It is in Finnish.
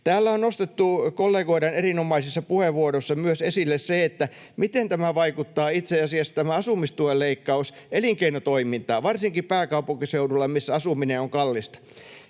Täällä on nostettu kollegoiden erinomaisissa puheenvuoroissa esille myös se, miten tämä asumistuen leikkaus vaikuttaa itse asiassa elinkeinotoimintaan, varsinkin pääkaupunkiseudulla, missä asuminen on kallista.